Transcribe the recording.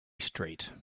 street